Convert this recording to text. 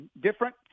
different